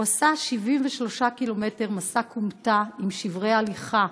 הוא עשה 73 קילומטר מסע כומתה עם שברי הליכה,